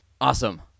Awesome